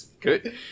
Good